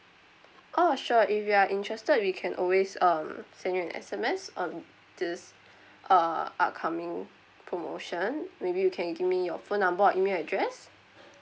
orh sure if you are interested we can always um send you an S_M_S on this uh upcoming promotion maybe you can give me your phone number or email address